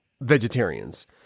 vegetarians